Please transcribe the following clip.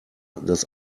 das